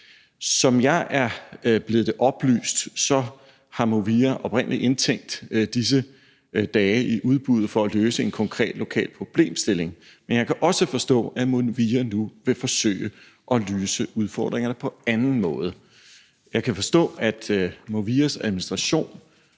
Som jeg er blevet det oplyst, har Movia oprindelig indtænkt disse dage i udbuddet for at løse en konkret lokal problemstilling, men jeg kan også forstå, at Movia nu vil forsøge at løse udfordringerne på en anden måde. Jeg kan forstå, at Movias administration